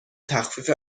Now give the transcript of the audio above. تخفیف